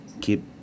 keep